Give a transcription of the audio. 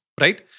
Right